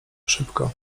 szybko